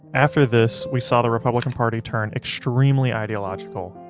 after this, we saw the republican party turn extremely ideological,